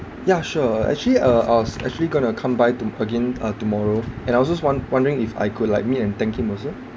ya sure actually uh I was actually going to come by to again uh tomorrow and I was just wond~ wondering if I could like meet and thank him also